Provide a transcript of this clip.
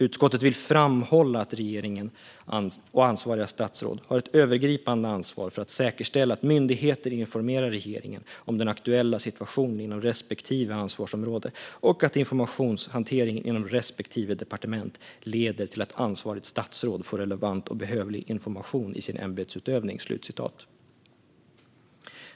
Utskottet vill framhålla att regeringen och ansvariga statsråd har ett övergripande ansvar för att säkerställa att myndigheter informerar regeringen om den aktuella situationen inom respektive ansvarsområde och att informationshanteringen inom respektive departement leder till att ansvarigt statsråd får relevant och behövlig information för sin ämbetsutövning."